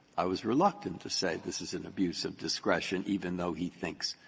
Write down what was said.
i was reluctant to say this is an abuse of discretion, even though he thinks,